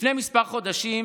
לפני כמה חודשים